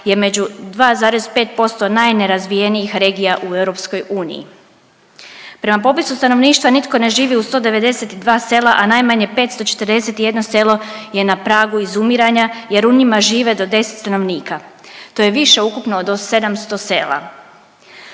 je među 2,5% najnerazvijenijih regija u EU. Prema popisu stanovništva nitko ne živi u 192 sela, a najmanje 541 selo je na pragu izumiranja jer u njima žive do deset stanovnika, to je više ukupno od 700 sela.